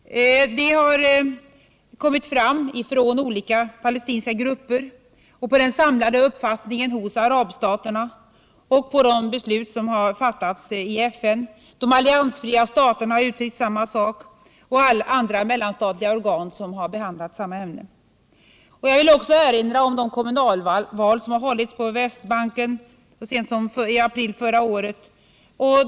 Det har kommit fram från olika palestinska grupper, i den samlade uppfattningen hos arabstaterna och av de beslut som har fattats i FN. De alliansfria staterna har uttryckt samma sak liksom andra mellanstatliga organ som har behandlat samma ämne. Jag vill också erinra om de kommunalval som hållits på Västbanken så sent som i april förra året.